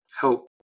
help